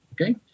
okay